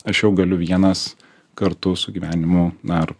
aš jau galiu vienas kartu su gyvenimu na ar